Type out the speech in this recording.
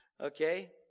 Okay